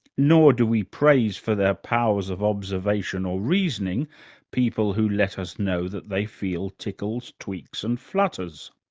nor do we praise for their powers of observation or reasoning people who let us know that they feel tickles, tweaks and flutters.